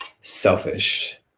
selfish